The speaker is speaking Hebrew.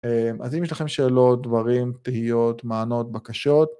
אז אם יש לכם שאלות, דברים, תהיות, מענות, בקשות.